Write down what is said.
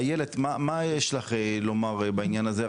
איילת מה יש לך לומר בעניין הזה?